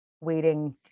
waiting